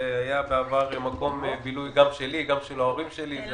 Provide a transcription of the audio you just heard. בעבר טבריה הייתה מקום בילוי שלי ושל ההורים שלי.